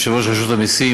יושב-ראש רשות המסים,